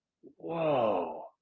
Whoa